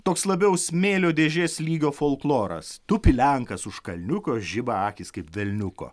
toks labiau smėlio dėžės lygio folkloras tupi lenkas už kalniuko žiba akys kaip velniuko